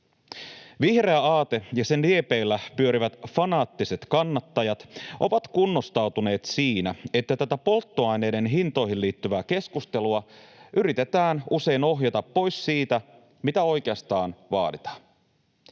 Vihreä aate ja sen liepeillä pyörivät fanaattiset kannattajat ovat kunnostautuneet siinä, että tätä polttoaineiden hintoihin liittyvää keskustelua yritetään usein ohjata pois siitä, mitä oikeastaan vaaditaan.